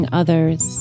others